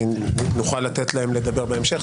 נוכל לתת להם לדבר בהמשך.